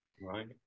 Right